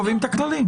הכללים.